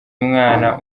umwana